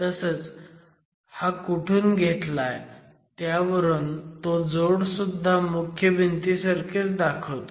तसंच यो कुठून घेतलाय ह्यावरून तो जोड सुद्धा मुख्य भिंतीसारखेच दाखवतो